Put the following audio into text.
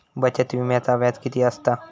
बचत विम्याचा व्याज किती असता?